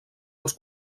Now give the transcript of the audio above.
els